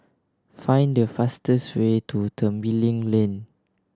find the fastest way to Tembeling Lane